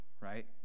right